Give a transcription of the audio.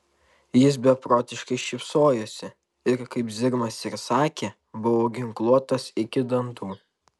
jis beprotiškai šypsojosi ir kaip zigmas ir sakė buvo ginkluotas iki dantų